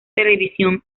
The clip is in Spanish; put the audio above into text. televisión